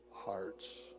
hearts